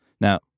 Now